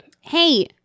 Hey